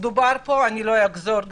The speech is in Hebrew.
ולא אחזור על הדברים.